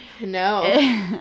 No